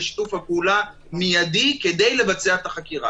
ושיתוף הפעולה מיידי כדי לבצע את החקירה.